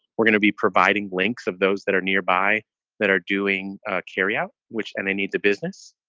we're gonna be providing links of those that are nearby that are doing carry out, which and they need the business.